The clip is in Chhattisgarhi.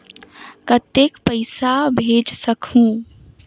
कतेक पइसा भेज सकहुं?